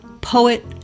Poet